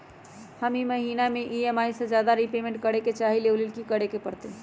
हम ई महिना में ई.एम.आई से ज्यादा रीपेमेंट करे के चाहईले ओ लेल की करे के परतई?